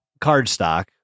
cardstock